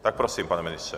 Tak prosím, pane ministře.